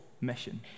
mission